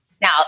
now